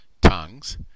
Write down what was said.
tongues